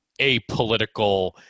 apolitical